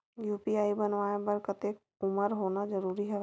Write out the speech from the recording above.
UPI बनवाय बर कतेक उमर होना जरूरी हवय?